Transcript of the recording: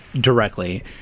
directly